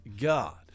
God